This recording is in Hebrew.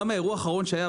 גם האירוע האחרון שהיה,